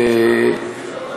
ביטן הגיע.